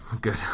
good